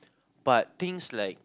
but things like